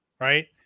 right